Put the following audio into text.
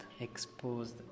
exposed